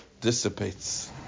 dissipates